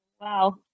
wow